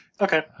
Okay